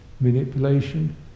manipulation